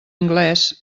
anglés